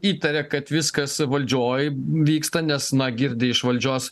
įtaria kad viskas valdžioj vyksta nes na girdi iš valdžios